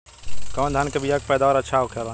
कवन धान के बीया के पैदावार अच्छा होखेला?